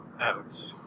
out